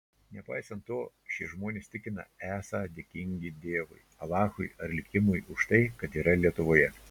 nepaisant to šie žmonės tikina esą dėkingi dievui alachui ar likimui už tai kad yra lietuvoje